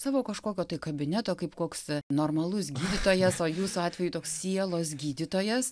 savo kažkokio tai kabineto kaip koks normalus gydytojas o jūsų atveju toks sielos gydytojas